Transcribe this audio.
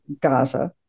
Gaza